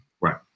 right